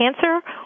Cancer